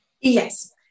Yes